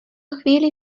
chvíli